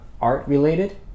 art-related